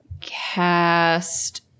cast